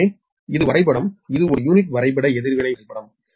எனவே இது வரைபடம் இது ஒரு யூனிட் வரைபட எதிர்வினை வரைபடம்